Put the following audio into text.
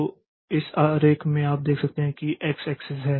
तो इस आरेख में आप देख सकते हैं कि यह x एक्सिस है